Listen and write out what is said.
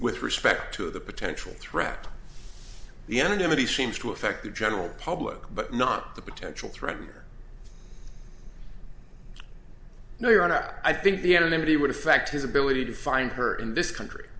with respect to the potential threat the anonymity seems to affect the general public but not the potential threat or no you are i think the anonymity would affect his ability to find her in this country